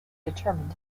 determined